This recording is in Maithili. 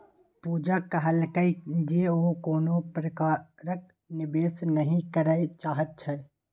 पूजा कहलकै जे ओ कोनो प्रकारक निवेश नहि करय चाहैत छै